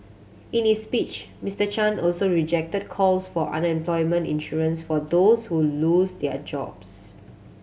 in his speech Mister Chan also rejected calls for unemployment insurance for those who lose their jobs